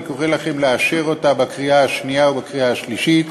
אני קורא לכם לאשר אותה בקריאה השנייה ובקריאה השלישית.